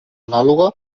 anàloga